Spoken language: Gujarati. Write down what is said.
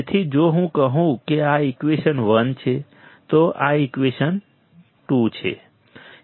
તેથી જો હું કહું કે આ ઈકવેશન 1 છે તો આ ઈકવેશન 2 છે